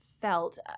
felt